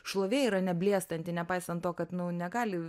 šlovė yra neblėstanti nepaisan to kad nu negali